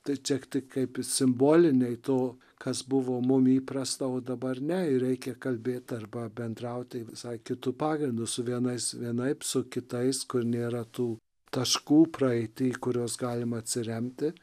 tai čia tik kaip ir simboliniai to kas buvo mum įprasta o dabar ne ir reikia kalbėt arba bendraut tai visai kitu pagrindu su vienais vienaip su kitais kur nėra tų taškų praeity į kuriuos galima atsiremti